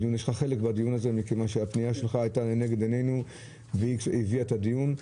בדיון הזה מכיוון שהפנייה שלך הייתה לנגד עינינו כאשר יזמנו את הדיון.